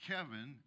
Kevin